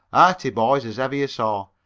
hearty boys as ever you saw.